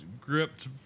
gripped